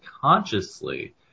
consciously